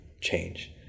change